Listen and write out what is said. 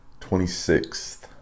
26th